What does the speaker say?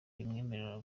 bimwemerera